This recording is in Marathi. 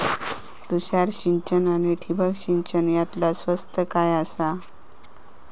तुषार सिंचन आनी ठिबक सिंचन यातला स्वस्त काय आसा?